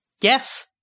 Yes